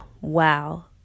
wow